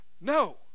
no